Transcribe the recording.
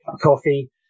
coffee